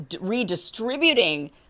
redistributing